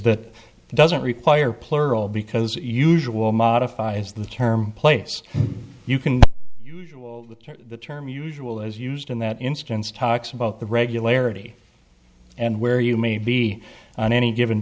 that doesn't require plural because usual modify is the term place you can the term usual is used in that instance talks about the regularity and where you may be on any given